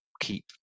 keep